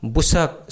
Busak